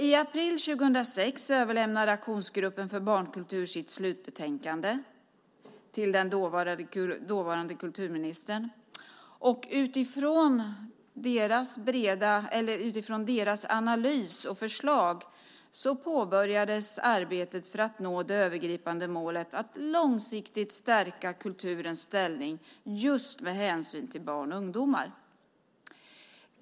I april 2006 överlämnade Aktionsgruppen för barnkultur sitt slutbetänkande till den dåvarande kulturministern, och utifrån deras analys och förslag påbörjades arbetet för att nå det övergripande målet att långsiktigt stärka kulturens ställning just med hänsyn till barn och ungdomar.